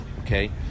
Okay